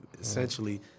essentially